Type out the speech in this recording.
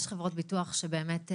יש חברות ביטוח שבאמת,